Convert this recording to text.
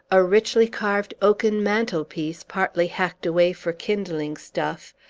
a richly carved oaken mantelpiece, partly hacked away for kindling-stuff,